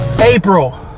April